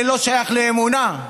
זה לא שייך לאמונה,